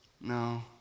No